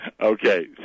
Okay